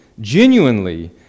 genuinely